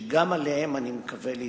וגם עליהם אני מקווה להתגבר.